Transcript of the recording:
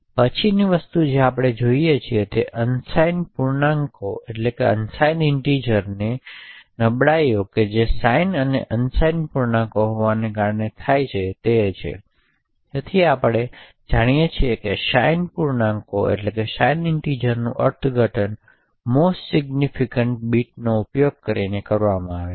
પછીની વસ્તુ જે આપણે જોઈએ છીએ તે અનસાઇન પૂર્ણાંકો અને નબળાઈઓ છે જે સાઇન અને અનસાઇન પૂર્ણાંકો હોવાને કારણે થઈ શકે છે તેથી આપણે જાણીએ છીએ કે સાઇન પૂર્ણાંકોનું અર્થઘટન મોસ્ટ સિગ્નિફિક્ન્ત બીટ નો ઉપયોગ કરીને કરવામાં આવે છે